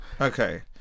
okay